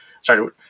started